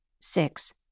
Six